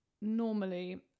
normally